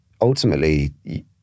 ultimately